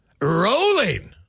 Rolling